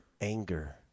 anger